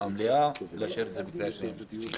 למליאה ולאשר את זה בקריאה שנייה ושלישית.